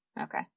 Okay